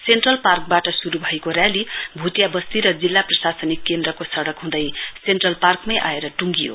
central पार्कवाट शुरु भएको र्याली भुटिया बस्ती र जिल्ला प्रशासनिक केन्द्रको सड़क हुँदै सन्ट्रेल पार्कमै आएर टुङ्गियो